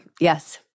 Yes